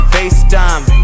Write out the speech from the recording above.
FaceTime